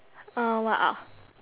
uh what ah